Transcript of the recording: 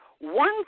One